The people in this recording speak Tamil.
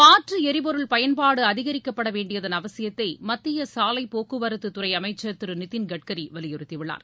மாற்று எரிபொருள் பயன்பாடு அதிகரிக்கப்படவேண்டியதன் அவசியத்தை மத்திய சாலை போக்குவரத்து குறை அமைச்சர் திரு நிதின் கட்கரி வலியுறுத்தி உள்ளார்